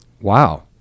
wow